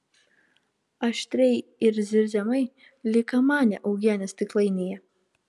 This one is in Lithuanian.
aštriai ir zirziamai lyg kamanė uogienės stiklainyje